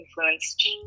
influenced